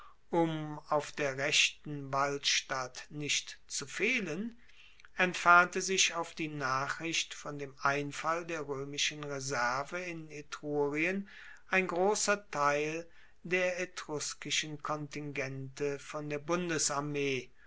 um auf der rechten walstatt nicht zu fehlen entfernte sich auf die nachricht von dem einfall der roemischen reserve in etrurien ein grosser teil der etruskischen kontingente von der